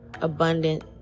abundant